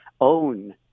own